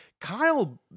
Kyle